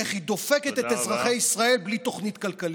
איך היא דופקת את אזרחי ישראלי בלי תוכנית כלכלית.